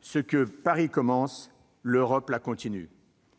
ce que Paris commence, l'Europe le continue. ».